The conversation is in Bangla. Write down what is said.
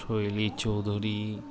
শৈলী চৌধুরী